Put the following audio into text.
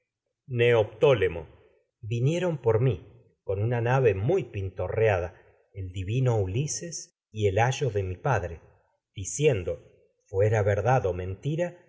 neoptólemo vinieron por mí con una nave muy pintorreada el divino ulises y el ayo de mi padre di ciendo fuera verdad o mentira